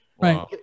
Right